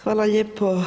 Hvala lijepo.